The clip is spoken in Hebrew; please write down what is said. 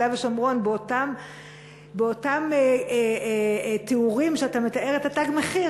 ושומרון באותם תיאורים שאתה מתאר את "תג מחיר",